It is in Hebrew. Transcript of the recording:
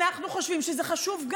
גם אנחנו חושבים שזה חשוב.